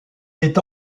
est